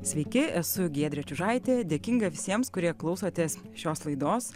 sveiki esu giedrė čiužaitė dėkinga visiems kurie klausotės šios laidos